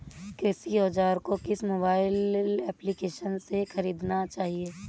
कृषि औज़ार को किस मोबाइल एप्पलीकेशन से ख़रीदना चाहिए?